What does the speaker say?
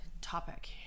topic